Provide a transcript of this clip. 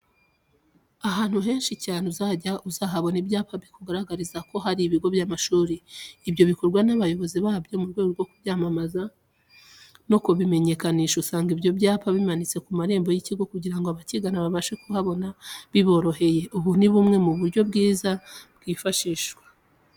Ahantu henshi cyane uzajya uzahabona ibyapa bikugaragariza ko hari ibigo by'amashuri. Ibyo bikorwa n'abayobozi babyo mu rwego rwo kubyamamaza no kubimenyekanisha. Usanga ibyo byapa bimanitse ku marembo y'ikigo kugira ngo abakigana babashe kuhabona biboroheye. Ubu ni bumwe mu buryo bwiza bwifashishwa.